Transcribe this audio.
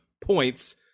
points